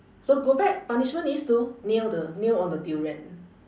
so go back punishment is to kneel the kneel on the durian